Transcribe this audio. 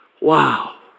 Wow